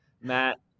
Matt